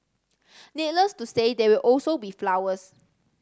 needless to say there will also be flowers